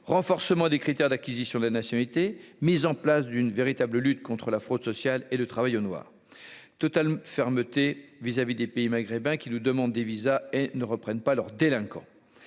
renforcement des critères d'acquisition de la nationalité, mise en place d'une véritable lutte contre la fraude sociale et le travail au noir total fermeté vis-à-vis des pays maghrébins qui nous demandent des visas et ne reprennent pas leurs délinquants